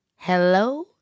Hello